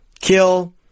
kill